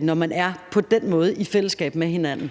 når man på den måde er sammen med hinanden.